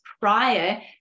prior